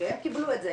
הם קיבלו את זה.